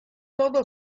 todo